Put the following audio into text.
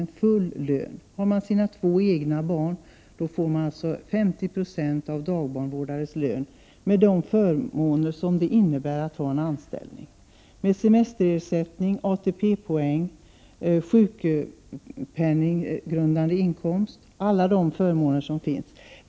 Vårdar man enbart sina två egna barn skall man få 50 26 av dagbarnvårdarlönen. Man skall således ha de förmåner som det innebär att ha en anställning — semesterersättning, ATP-poäng, sjukpenninggrundande inkomst och alla de andra förmåner som finns.